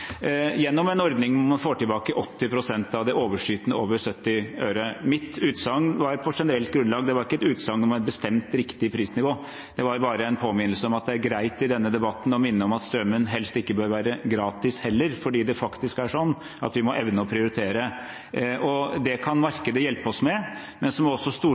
gjennom en ordning hvor man får tilbake 80 pst. av det overskytende over 70 øre. Mitt utsagn var på generelt grunnlag. Det var ikke et utsagn om et bestemt riktig prisnivå, det var bare en påminnelse om at det er greit i denne debatten å minne om at strømmen helst ikke bør være gratis heller, fordi det faktisk er sånn at vi må evne å prioritere. Det kan markedet hjelpe oss med, men så må også